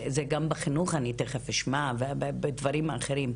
זה גם בחינוך אני תיכף אשמע ובדברים אחרים,